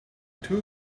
two